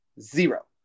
zero